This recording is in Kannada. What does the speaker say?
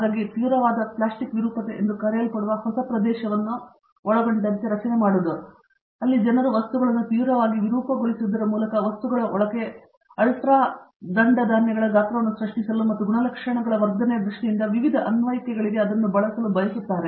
ಹಾಗಾಗಿ ತೀವ್ರವಾದ ಪ್ಲ್ಯಾಸ್ಟಿಕ್ ವಿರೂಪತೆ ಎಂದು ಕರೆಯಲ್ಪಡುವ ಹೊಸ ಪ್ರದೇಶವನ್ನು ಒಳಗೊಂಡಂತೆ ರಚನೆಯಾಗುವುದು ಅಲ್ಲಿ ಜನರು ಈ ವಸ್ತುಗಳನ್ನು ತೀವ್ರವಾಗಿ ವಿರೂಪಗೊಳಿಸುವುದರ ಮೂಲಕ ವಸ್ತುಗಳ ಒಳಗೆ ಅಲ್ಟ್ರಾ ದಂಡ ಧಾನ್ಯಗಳ ಗಾತ್ರವನ್ನು ಸೃಷ್ಟಿಸಲು ಮತ್ತು ಗುಣಲಕ್ಷಣಗಳ ವರ್ಧನೆಯ ದೃಷ್ಟಿಯಿಂದ ವಿವಿಧ ಅನ್ವಯಿಕೆಗಳಿಗೆ ಅದನ್ನು ಬಳಸಲು ಬಯಸುತ್ತಾರೆ